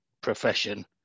profession